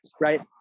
right